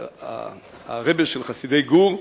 הרב של חסידי גור,